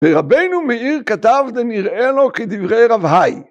ורבנו מאיר כתב דנראה לו כדברי רב האי.